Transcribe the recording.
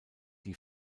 die